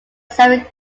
seven